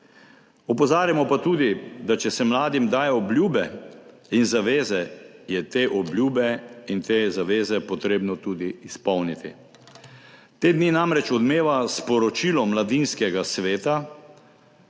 Opozarjamo pa tudi, da če se mladim daje obljube in zaveze, je te obljube in te zaveze treba tudi izpolniti. Te dni namreč odmeva sporočilo Mladinskega sveta,